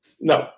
No